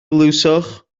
glywsoch